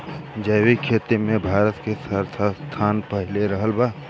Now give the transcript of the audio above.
जैविक खेती मे भारत के स्थान पहिला रहल बा